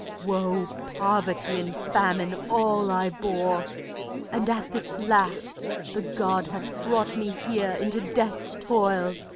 woe, poverty, and famine all i bore and at this last the god hath brought me here into death's toils,